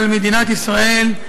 אבל מדינת ישראל,